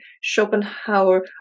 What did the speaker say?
Schopenhauer